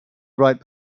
right